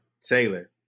Taylor